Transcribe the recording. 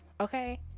okay